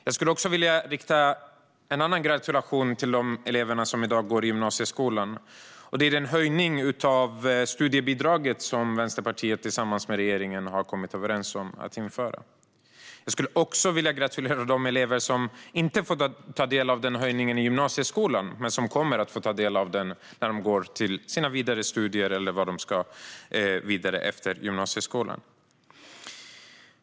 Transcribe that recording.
Jag skulle också vilja gratulera dem till den höjning av studiebidraget som Vänsterpartiet har kommit överens med regeringen om att införa. Jag skulle också vilja gratulera de elever som inte kommer att få ta del av den i gymnasieskolan men som kommer att få ta del av den när de går till vidare studier efter gymnasieskolan.